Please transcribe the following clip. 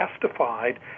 testified